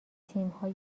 تیمهای